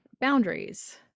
boundaries